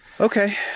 Okay